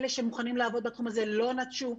אלה שמוכנים לעבוד בתחום הזה לא נטשו.